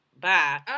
Bye